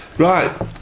Right